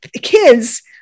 kids